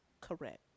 Correct